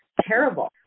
Terrible